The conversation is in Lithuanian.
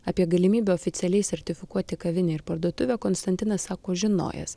apie galimybę oficialiai sertifikuoti kavinę ir parduotuvę konstantinas sako žinojęs